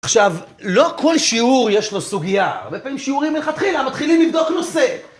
עכשיו, לא כל שיעור יש לו סוגייה. הרבה פעמים שיעורים מלכתחילה, מתחילים לבדוק נושא.